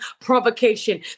provocation